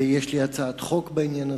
יש לי הצעת חוק בעניין הזה,